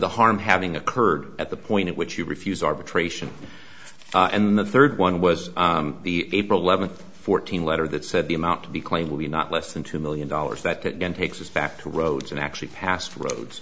the harm having occurred at the point at which you refuse arbitration and the third one was the april eleventh fourteen letter that said the amount to be claimed would be not less than two million dollars that takes us back to roads and actually passed roads